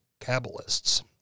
Kabbalists